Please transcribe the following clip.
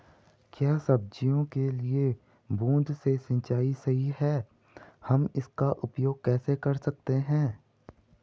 क्या सब्जियों के लिए बूँद से सिंचाई सही है हम इसका उपयोग कैसे कर सकते हैं?